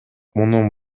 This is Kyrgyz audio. мунун